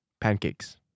Pancakes